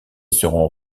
seront